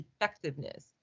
effectiveness